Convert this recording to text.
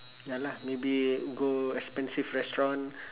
ya lah maybe go expensive restaurant